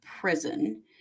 prison